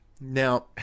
Now